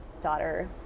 daughter